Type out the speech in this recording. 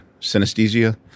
Synesthesia